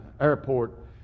airport